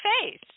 face